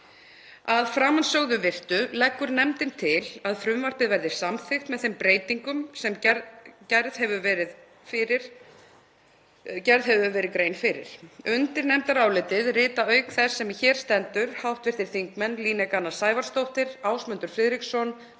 Að framansögðu virtu leggur nefndin til að frumvarpið verði samþykkt með þeim breytingum sem gerð hefur verið grein fyrir. Undir nefndarálitið rita, auk þeirrar sem hér stendur, hv. þingmenn Líneik Anna Sævarsdóttir, Ásmundur Friðriksson,